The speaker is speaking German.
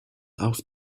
auf